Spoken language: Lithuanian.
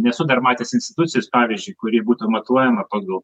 nesu dar matęs institucijos pavyzdžiui kuri būtų matuojama pagal